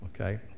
okay